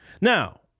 Now